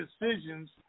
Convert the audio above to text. decisions